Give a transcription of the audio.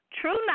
true